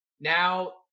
Now